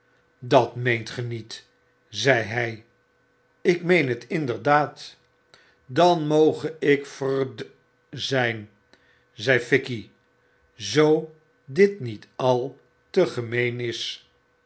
dat meent gy niet zei hij lk meen het inderdaad dan moge ik verd d zyn zei fikey zoo dit niet al te gemeen is